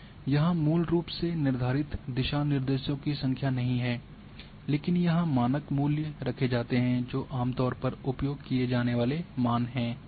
यहां मूल रूप से निर्धारित दिशा निर्देशों की संख्या नहीं है लेकिन यहाँ मानक मूल्य रखे जाते हैं जो आमतौर पर उपयोग किए जाने वाले मान हैं